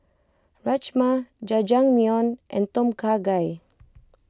Rajma Jajangmyeon and Tom Kha Gai